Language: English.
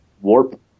warp